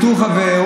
בתור חבר,